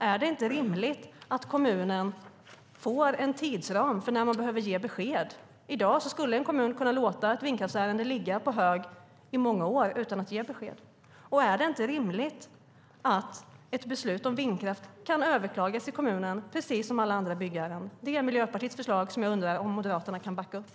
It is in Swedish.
Är det inte rimligt att kommunen får en tidsram för när man behöver ge besked? I dag skulle en kommun kunna låta ett vindkraftsärende ligga på hög i många år utan att ge besked. Och är det inte rimligt att ett beslut om vindkraft kan överklagas i kommunen, precis som alla andra byggärenden? Det är Miljöpartiets förslag, som jag undrar om Moderaterna kan backa upp.